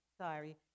sorry